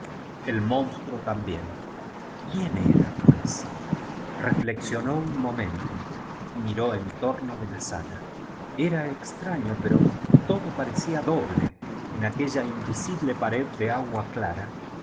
el cumpleaños de la infanta quién era pues reflexionó un momento y miró en torno de la sala era extraño pero todo parecía doble en aquella in visible pared de agua clara